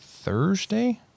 thursday